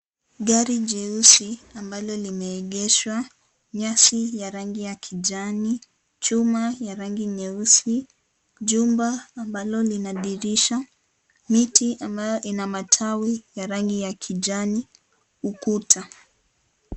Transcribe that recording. Gari jeusi ambalo limeegeshwa, nyasi ya rangi ya kijani, chuma ya rangi nyeusi, jumba ambalo lina dirisha, miti ambayo ina matawi ya rangi ya kijani, ukuta.